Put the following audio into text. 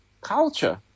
culture